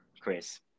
Chris